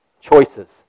choices